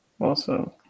Awesome